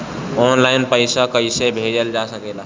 आन line पईसा कईसे भेजल जा सेकला?